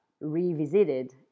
revisited